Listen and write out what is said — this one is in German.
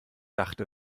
dachte